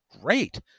great